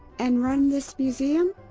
and run this museum?